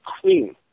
queen